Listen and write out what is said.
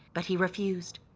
but he refused.